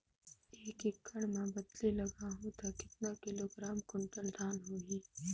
एक एकड़ मां बदले लगाहु ता कतेक किलोग्राम कुंटल धान होही?